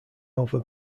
over